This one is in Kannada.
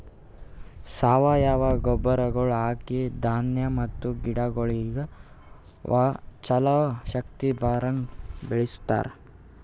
ಸಾವಯವ ಗೊಬ್ಬರಗೊಳ್ ಹಾಕಿ ಧಾನ್ಯ ಮತ್ತ ಗಿಡಗೊಳಿಗ್ ಛಲೋ ಶಕ್ತಿ ಬರಂಗ್ ಬೆಳಿಸ್ತಾರ್